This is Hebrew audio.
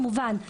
כמובן,